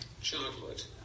chocolate